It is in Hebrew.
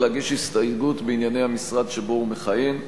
להגיש הסתייגות בענייני המשרד שבו הוא מכהן.